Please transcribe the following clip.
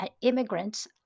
immigrants